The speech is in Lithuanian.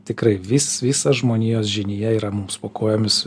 tikrai vis visa žmonijos žinija yra mums po kojomis